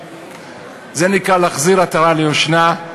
זה נקרא להחזיר עטרה ליושנה.